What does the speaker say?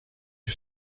już